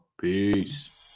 Peace